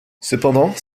cependant